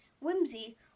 whimsy